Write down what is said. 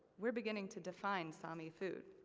we're beginning to define sami food.